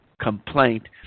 complaint